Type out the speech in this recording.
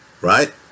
right